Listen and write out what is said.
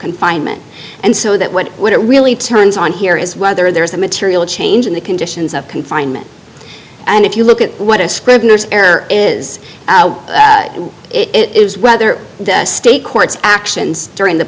confinement and so that what would it really turns on here is whether there is a material change in the conditions of confinement and if you look at what a scrivener's error is it is whether the state courts actions during the